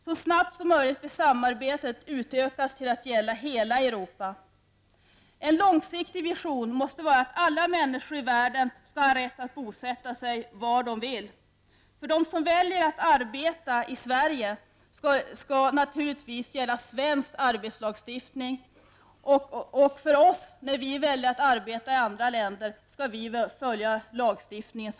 Så snabbt som möjligt bör samarbetet utökas till att gälla hela Europa. En långsiktig vision måste vara att alla människor i världen skall ha rätt att bosätta sig var de vill. För dem som väljer att arbeta i Sverige skall naturligtvis svensk arbetslagstiftning gälla, och när vi väljer att arbeta i andra länder skall vi följa den lagstiftning som gäller där. Till sist vill jag ställa en fråga till Ingvar Carlsson. Det finns någonting väldigt positivt i regeringsförklaringen. Det står nämligen att miljölagstiftningen skall utgå från vad som är nödvändigt för miljö och hälsa.